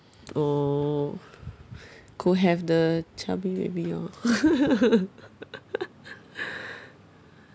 oh could have the chubby baby orh